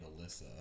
Alyssa